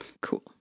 cool